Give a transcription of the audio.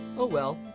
oh well,